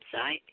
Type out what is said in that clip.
website